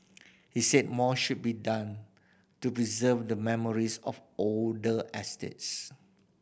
he said more should be done to preserve the memories of older estates